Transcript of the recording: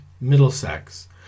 Middlesex